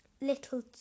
little